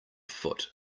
foot